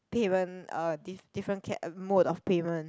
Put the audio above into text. payment uh diff different mo~ mode of payment